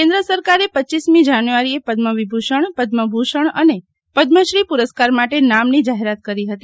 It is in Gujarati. કેન્દ્ર સરકારે રપમી જાન્યુઆરીએ પદ્મવિભૂષણ પદ્મભૂષણ અને પદ્મશ્રી પુરસ્કાર માટે નામની જાહેરાત કરી હતી